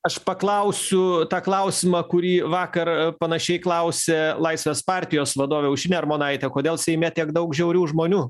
aš paklausiu tą klausimą kurį vakar panašiai klausė laisvės partijos vadovė aušrinė armonaitė kodėl seime tiek daug žiaurių žmonių